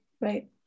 right